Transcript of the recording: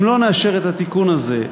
אם לא נאשר את התיקון הזה,